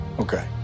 Okay